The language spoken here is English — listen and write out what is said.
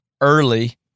early